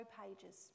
pages